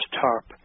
TARP